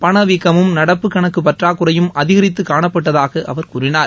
பணவீக்கமும் நடப்பு கணக்கு பற்றாக்குறையும் அதிகரித்து காணப்பட்டதாக அவர் கூறினார்